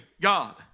God